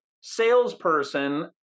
salesperson